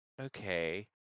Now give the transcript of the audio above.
Okay